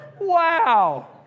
Wow